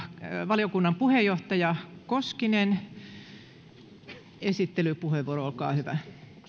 valiokunnan puheenjohtaja koskinen esittelypuheenvuoro olkaa hyvä